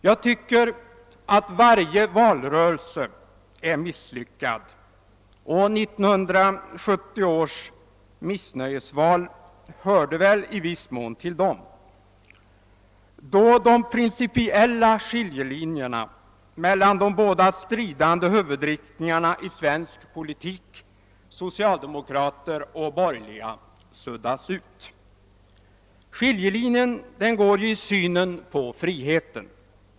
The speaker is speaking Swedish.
Jag tycker att varje valrörelse är misslyckad — 1970 års missnöjesval hörde till dem — då de principiella skiljelinjerna mellan de båda stridande huvudriktningarna — socialdemokrater och borgerliga — i svensk politik suddas ut. Skiljelinjen går vid synen på friheten.